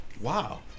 Wow